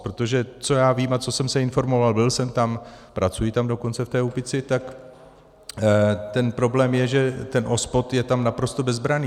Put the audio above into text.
Protože co já vím a co jsem se informoval, byl jsem tam, pracuji tam dokonce v té Úpici, tak ten problém je, že ten OSPOD je tam naprosto bezbranný.